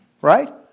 Right